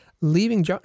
leaving